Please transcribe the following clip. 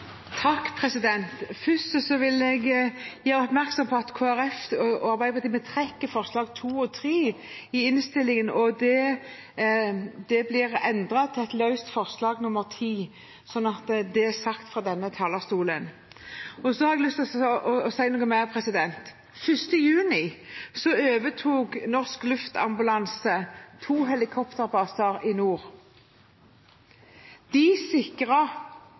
Først vil jeg gjøre oppmerksom på at Kristelig Folkeparti og Arbeiderpartiet trekker forslagene nr. 2 og 3 i innstillingen. De blir endret til et løst forslag – forslag nr. 10. Så er det sagt fra denne talerstolen. Jeg har lyst til å si noe mer: Den 1. juni overtok Norsk Luftambulanse to helikopterbaser i nord. De